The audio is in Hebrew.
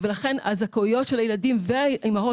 ולכן הזכאויות של הילדים והאימהות